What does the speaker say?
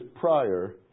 prior